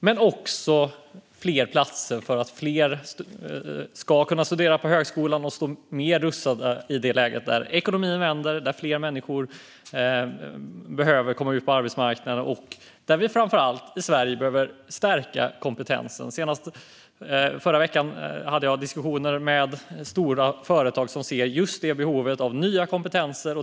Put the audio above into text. Det blir också fler platser så att fler kan studera på högskolan och stå mer rustade i det läge då ekonomin vänder, fler människor behöver komma ut på arbetsmarknaden och vi i Sverige framför allt behöver stärka kompetensen. Senast i förra veckan hade jag diskussioner med stora företag som ser behovet av nya kompetenser.